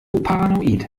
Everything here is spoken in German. paranoid